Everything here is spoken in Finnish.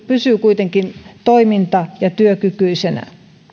pysyy kuitenkin toiminta ja työkykyisenä